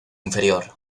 inferior